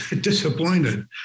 disappointed